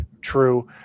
true